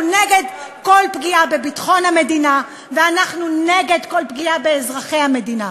אנחנו נגד כל פגיעה בביטחון המדינה ואנחנו נגד כל פגיעה באזרחי המדינה.